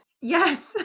yes